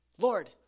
Lord